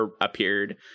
appeared